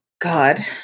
God